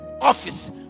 office